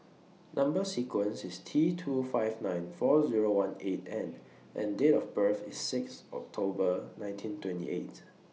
Number sequence IS T two five nine four Zero one eight N and Date of birth IS six October nineteen twenty eighth